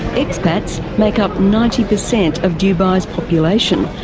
expatriates make up ninety percent of dubai's population,